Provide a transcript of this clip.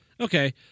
okay